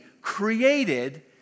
created